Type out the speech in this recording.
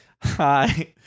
Hi